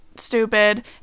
Stupid